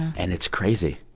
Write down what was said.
and it's crazy.